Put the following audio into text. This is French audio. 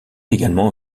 également